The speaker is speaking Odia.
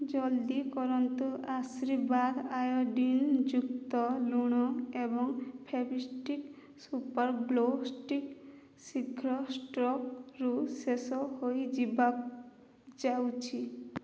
ଜଲ୍ଦି କରନ୍ତୁ ଆଶୀର୍ବାଦ ଆୟୋଡ଼ିନ୍ ଯୁକ୍ତ ଲୁଣ ଏବଂ ଫେଭିଷ୍ଟିକ୍ ସୁପର୍ ଗ୍ଲୁ ଷ୍ଟିକ୍ ଶୀଘ୍ର ଷ୍ଟକ୍ରୁ ଶେଷ ହୋଇଯିବାକୁ ଯାଉଛି